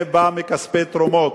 זה בא מכספי תרומות,